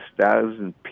thousand